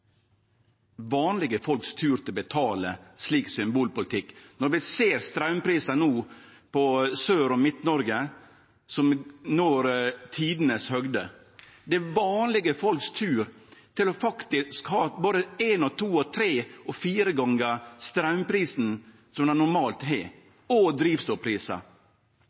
vanlege folk sin tur til å betale for slik symbolpolitikk, no når vi ser at straumprisane i Sør- og Midt-Noreg når tidenes høgder. Det er vanlege folk sin tur til å betale både ein, to, tre og fire gonger straumprisen – og drivstoffprisen – som dei normalt